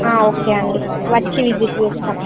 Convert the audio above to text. okay అండి వచ్చి visit చేస్తాం